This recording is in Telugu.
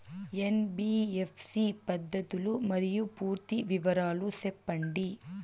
ఎన్.బి.ఎఫ్.సి పద్ధతులు మరియు పూర్తి వివరాలు సెప్పండి?